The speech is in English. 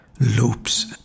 loops